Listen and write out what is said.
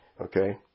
Okay